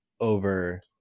over